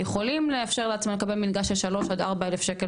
יכול לאפשר לעצמו לקבל מלגה של כ-3,000-4,000 שקלים